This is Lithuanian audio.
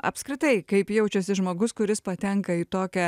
apskritai kaip jaučiasi žmogus kuris patenka į tokią